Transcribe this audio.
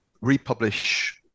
republish